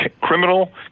criminal